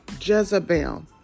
Jezebel